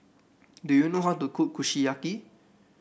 do you know how to cook Kushiyaki